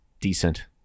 decent